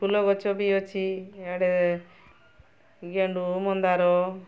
ଫୁଲ ଗଛ ବି ଅଛି ଇଆଡ଼େ ଗେଣ୍ଡୁ ମନ୍ଦାର